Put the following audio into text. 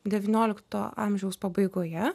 devyniolikto amžiaus pabaigoje